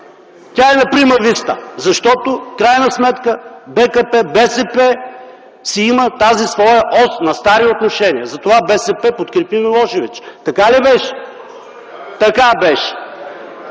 тя е на прима виста, защото в крайна сметка БКП-БСП си има тази своя ос на стари отношения. Затова БСП подкрепи Милошевич. Така ли беше? ВЕСЕЛИН